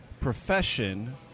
profession